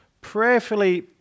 prayerfully